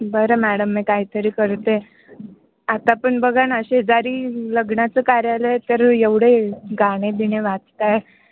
बरं मॅडम मी काहीतरी करते आता पण बघा ना शेजारी लग्नाचं कार्यालय तर एवढे गाणे दिणे वाजतं आहे